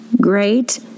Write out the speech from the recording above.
great